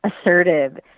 assertive